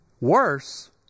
Worse